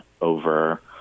over